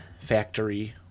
Factory